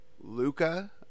Luca